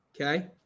Okay